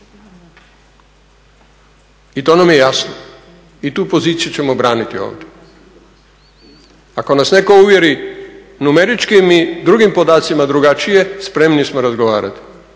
I to nam je jasno i tu poziciju ćemo braniti ovdje. Ako nas neko uvjeri numeričkim i drugim podacima drugačije spremni smo razgovarati,